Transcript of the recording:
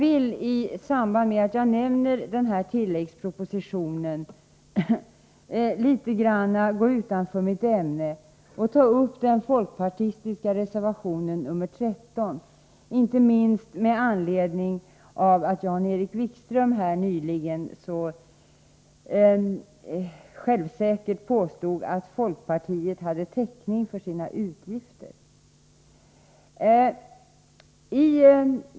I samband med att jag nämner tilläggspropositionen vill jag litet grand gå utanför mitt ämne och beröra fp-reservationen 13—inte minst med anledning av att Jan-Erik Wikström nyligen så självsäkert påstod att folkpartiet hade täckning för sina utgifter.